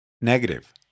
Negative